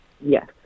yes